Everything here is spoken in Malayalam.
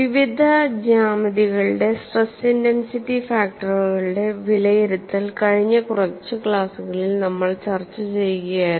വിവിധ ജ്യാമിതികളുടെ സ്ട്രെസ് ഇന്റൻസിറ്റി ഫാക്ടറുകളുടെ വിലയിരുത്തൽ കഴിഞ്ഞ കുറച്ച് ക്ലാസുകളിൽ നമ്മൾ ചർച്ച ചെയ്യുകയായിരുന്നു